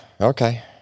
Okay